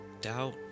Doubt